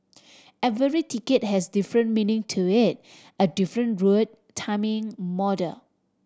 every ticket has different meaning to it a different route timing model